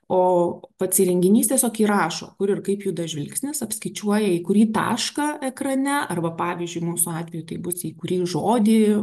o pats įrenginys tiesiog įrašo kur ir kaip juda žvilgsnis apskaičiuoja į kurį tašką ekrane arba pavyzdžiui mūsų atveju tai bus į kurį žodį